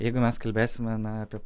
jeigu mes kalbėsime na apie